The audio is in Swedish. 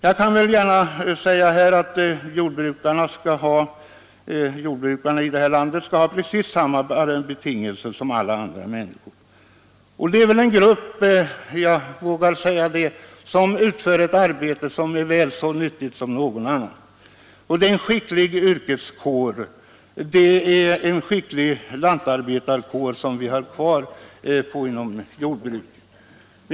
Jag kan gärna säga att jordbrukarna i det här landet skall ha precis samma betingelser som alla andra människor. De är en grupp — jag vågar påstå det — som utför ett arbete väl så nyttigt som något annat, och det är en skicklig yrkeskår som vi har kvar inom vårt jordbruk.